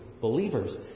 Believers